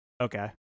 Okay